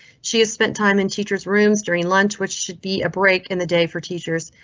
she is spent time in teachers rooms during lunch, which should be a break in the day for teachers.